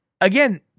again